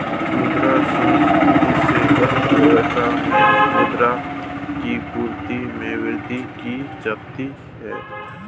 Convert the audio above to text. मुद्रा संस्फिति से अर्थव्यवस्था में मुद्रा की आपूर्ति में वृद्धि की जाती है